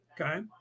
Okay